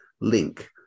link